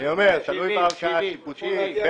תלוי בערכאה השיפוטית.